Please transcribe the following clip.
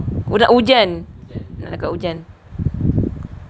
nak hujan dekat hujan